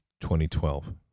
2012